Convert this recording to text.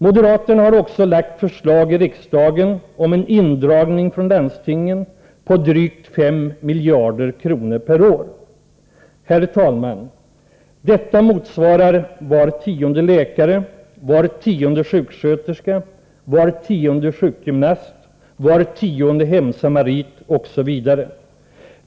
Moderaterna har också lagt fram förslag i riksdagen om en indragning från landstinget, på drygt 5 miljarder kronor per år. Detta motsvarar, herr talman, var tionde läkare, var tionde sjuksköterska, var tionde sjukgymnast, var tionde hemsamarit osv.